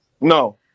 No